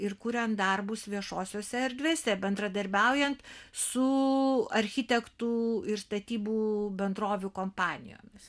ir kuriant darbus viešosiose erdvėse bendradarbiaujant su architektų ir statybų bendrovių kompanijomis